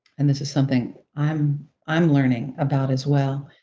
and this is something i'm i'm learning about as well.